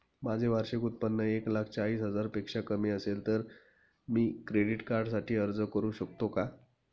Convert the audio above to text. माझे वार्षिक उत्त्पन्न एक लाख चाळीस हजार पेक्षा कमी असेल तर मी क्रेडिट कार्डसाठी अर्ज करु शकतो का?